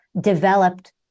developed